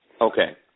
Okay